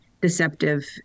deceptive